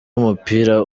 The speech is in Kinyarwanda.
w’umupira